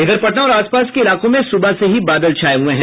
इधर पटना और आसपास के इलाकों में सुबह से हीं बादल छाये हुये हैं